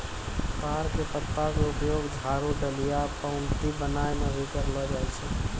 ताड़ के पत्ता के उपयोग झाड़ू, डलिया, पऊंती बनाय म भी करलो जाय छै